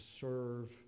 serve